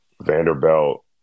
Vanderbilt